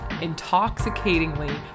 intoxicatingly